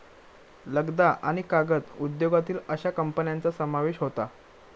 लगदा आणि कागद उद्योगातील अश्या कंपन्यांचा समावेश होता